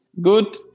good